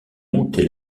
monter